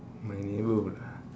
my neighbourhood ah